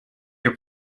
your